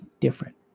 different